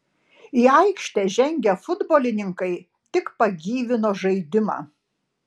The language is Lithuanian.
į aikštę žengę futbolininkai tik pagyvino žaidimą